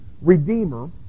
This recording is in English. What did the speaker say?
redeemer